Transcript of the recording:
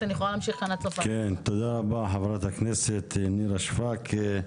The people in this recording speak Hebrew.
תודה רבה חברת הכנסת נירה שפק.